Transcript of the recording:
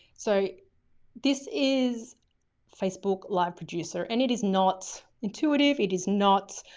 so this is facebook live producer and it is not intuitive. it is not